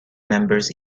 members